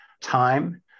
time